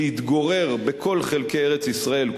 להתגורר בכל חלקי ארץ-ישראל,